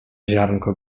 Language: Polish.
ziarnko